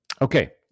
Okay